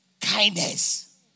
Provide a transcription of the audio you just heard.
kindness